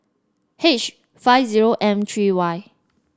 H five zero M three Y